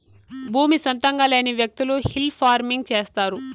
భూమి సొంతంగా లేని వ్యకులు హిల్ ఫార్మింగ్ చేస్తారు